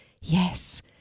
Yes